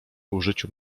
użyciu